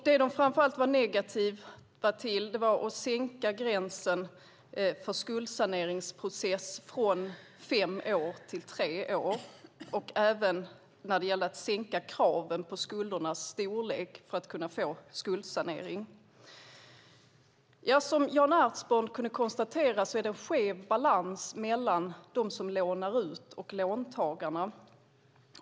De var framför allt negativa till att sänka gränsen för skuldsaneringsprocessen från fem år till tre år och även till att sänka kraven på skuldernas storlek för att kunna få skuldsanering. Som Jan Ertsborn kunde konstatera är det en skev balans mellan dem som lånar ut och låntagarna.